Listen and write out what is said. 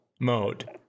mode